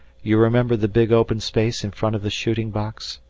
you remember the big open space in front of the shooting-box?